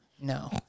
No